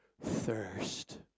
Thirst